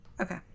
Okay